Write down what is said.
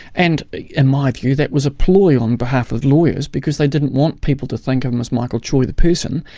and in my view that was a ploy on behalf of lawyers, because they didn't want people to think of him as michael choy the person,